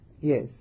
Yes